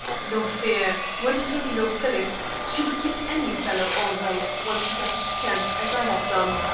no fear! wait until you know phyllis. she would keep any fellow all right once he got his chance, as i have done.